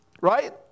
right